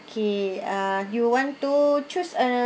okay uh you want to choose uh